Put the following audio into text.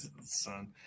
Son